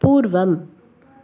पूर्वम्